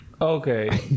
Okay